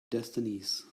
destinies